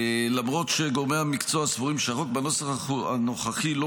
למרות שגורמי המקצוע סבורים שהחוק בנוסחו הנוכחי אינו